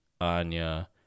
Anya